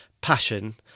passion